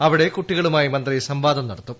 അവിടെ കുട്ടികളുമായി മന്ത്രി സംവാദം നടത്തും